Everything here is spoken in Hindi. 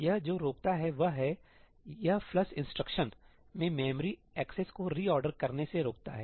यह जो रोकता है वह है यह फ्लश इंस्ट्रक्शन में मेमोरी एक्सेस को रीऑर्डर करने से रोकता है